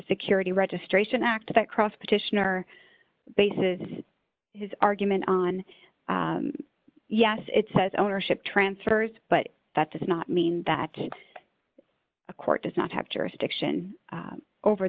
security registration act that cross petitioner bases his argument on yes it says ownership transfers but that does not mean that a court does not have jurisdiction over